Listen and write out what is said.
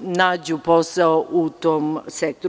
nađu posao u tom sektoru.